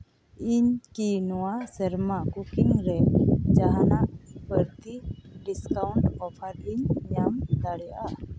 ᱤᱧᱠᱤ ᱱᱚᱣᱟ ᱥᱮᱨᱢᱟ ᱠᱩᱠᱤᱝ ᱨᱮ ᱡᱟᱦᱟᱱᱟᱜ ᱵᱟᱹᱲᱛᱤ ᱰᱤᱥᱠᱟᱣᱩᱱᱴ ᱚᱯᱷᱟᱨ ᱤᱧ ᱧᱟᱢ ᱫᱟᱲᱮᱭᱟᱜᱼᱟ